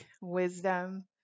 wisdom